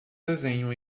desenho